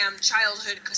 childhood